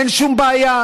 אין שום בעיה,